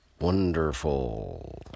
wonderful